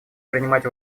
принимать